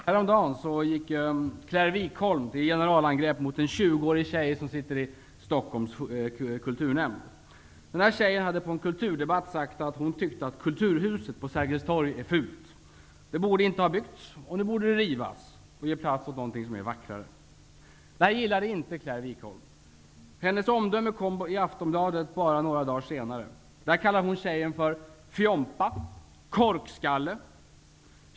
Herr talman! Häromdagen gick Claire Wikholm till generalangrepp mot en 20-årig tjej som sitter i Stockholms kulturnämnd. Den här tjejen hade på en kulturdebatt sagt att hon tyckte att Kulturhuset på Sergels torg är fult. Det borde inte ha byggts, och det borde rivas och ge plats åt någonting som är vackrare. Detta gillade inte Claire Wikholm. Hennes omdöme kom i Aftonbladet bara några dagar senare. Där kallar hon tjejen för ''fjompa'', ''korkskalle''.